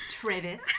Travis